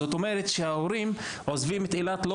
זאת אומרת שההורים עוזבים את אילת לא